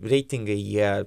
reitingai jie